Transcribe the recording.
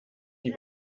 die